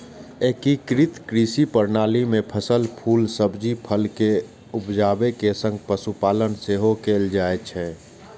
एकीकृत कृषि प्रणाली मे फसल, फूल, सब्जी, फल के उपजाबै के संग पशुपालन सेहो कैल जाइ छै